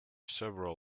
several